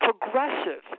progressive